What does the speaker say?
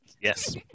Yes